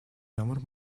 ямар